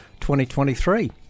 2023